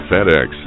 FedEx